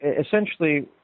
essentially